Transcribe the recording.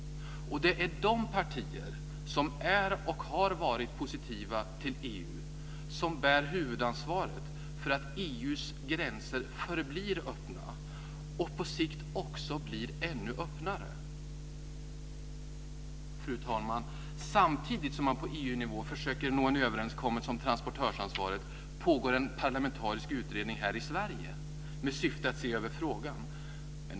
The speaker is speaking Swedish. Det är de partier som är och har varit positiva till EU som bär huvudansvaret för att EU:s gränser förblir öppna och på sikt också blir ännu öppnare. Fru talman! Samtidigt som man på EU-nivå försöker nå en överenskommelse om transportörsansvaret pågår en parlamentarisk utredning här i Sverige med syfte att se över frågan.